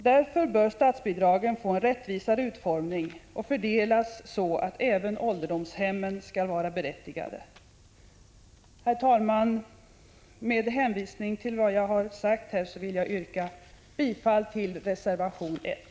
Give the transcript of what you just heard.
Därför bör statsbidragen få en rättvisare utformning och fördelas så att även ålderdomshemmen skall vara berättigade. Herr talman! Med hänvisning till vad jag här sagt ber jag att få yrka bifall till reservation 1.